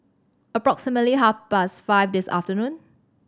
approximately half past five this afternoon